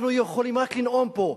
אנחנו יכולים רק לנאום פה.